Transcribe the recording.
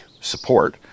support